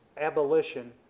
abolition